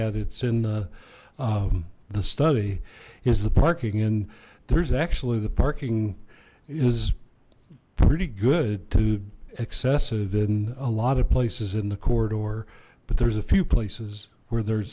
at it's in the study is the parking and there's actually the parking is pretty good too excessive and a lot of places in the corridor but there's a few places where there's